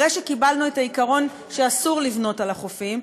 אחרי שקיבלנו את העיקרון שאסור לבנות על החופים,